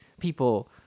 people